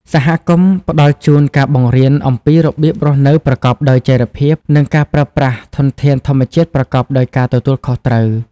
សហគមន៍ផ្តល់ជូនការបង្រៀនអំពីរបៀបរស់នៅប្រកបដោយចីរភាព និងការប្រើប្រាស់ ធនធាន ធម្មជាតិប្រកបដោយការទទួលខុសត្រូវ។